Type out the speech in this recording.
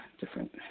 Different